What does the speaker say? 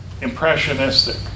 impressionistic